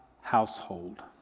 household